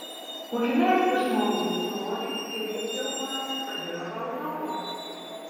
užleisk žmogui colį ir jis jau mano kad yra valdovas